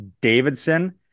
Davidson